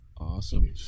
Awesome